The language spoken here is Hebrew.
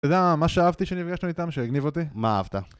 אתה יודע מה שאהבתי כשנפגשנו איתם, שהגניב אותי? מה אהבת?